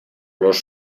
los